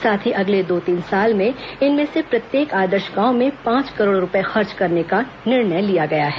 साथ ही अगले दो तीन साल में इनमें से प्रत्येक आदर्श गांव में पांच करोड़ रूपए खर्च करने का निर्णय लिया गया है